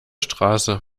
straße